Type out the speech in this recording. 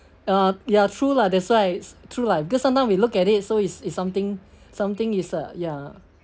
ya ya true lah that's why it's true lah because sometime we look at it so it's it's something something it's uh ya